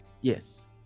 Yes